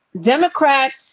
Democrats